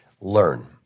learn